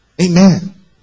Amen